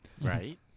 Right